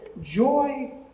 Joy